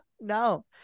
no